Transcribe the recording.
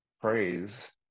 praise